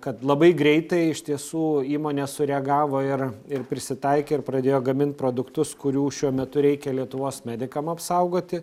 kad labai greitai iš tiesų įmonė sureagavo ir ir prisitaikė ir pradėjo gamint produktus kurių šiuo metu reikia lietuvos medikam apsaugoti